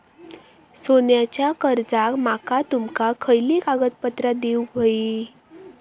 सोन्याच्या कर्जाक माका तुमका खयली कागदपत्रा देऊक व्हयी?